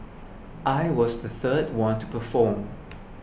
I was the third one to perform